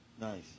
Nice